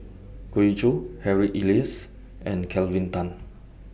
Goh Ee Choo Harry Elias and Kelvin Tan